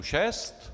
Šest?